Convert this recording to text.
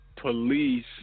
police